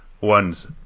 one's